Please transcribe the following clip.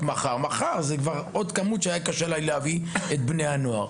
מחר זו אולי כמות שבאמת מקשה על להביא את בני הנוער.